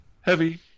heavy